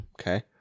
Okay